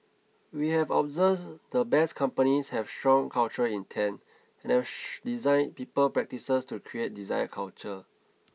we have observed the Best Companies have strong cultural intent and designed people practices to create desired culture